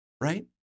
right